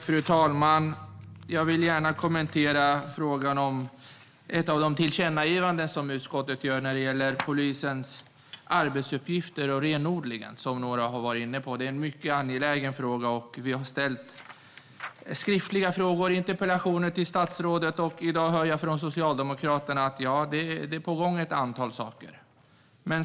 Fru talman! Jag vill gärna kommentera frågan om ett av de tillkännagivanden som utskottet gör när det gäller polisens arbetsuppgifter och renodlingen som några har varit inne på. Det är en mycket angelägen fråga, och vi har ställt skriftliga frågor och interpellationer till statsrådet. I dag hör jag från Socialdemokraterna att det är på gång ett antal saker.